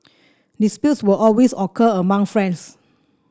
disputes will always occur among friends